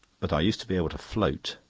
but i used to be able to float.